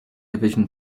division